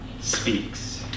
speaks